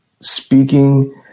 speaking